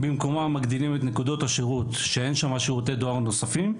במקומם מגדילים את נקודות השירות שאין שם שירותי דואר נוספים,